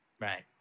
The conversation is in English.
Right